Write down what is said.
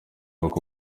uko